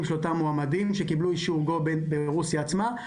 של אותם מועמדים שקיבלו אישור Go ברוסיה עצמה,